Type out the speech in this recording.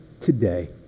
today